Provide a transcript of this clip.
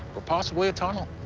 or possibly a tunnel.